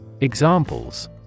Examples